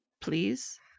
Please